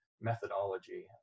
methodology